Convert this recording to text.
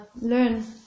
learn